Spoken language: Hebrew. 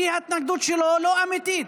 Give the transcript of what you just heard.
כי ההתנגדות שלו לא אמיתית.